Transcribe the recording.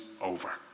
over